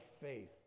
faith